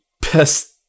best